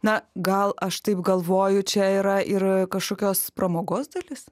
na gal aš taip galvoju čia yra ir kažkokios pramogos dalis